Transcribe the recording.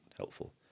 helpful